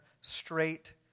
straight